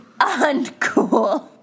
Uncool